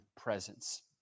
presence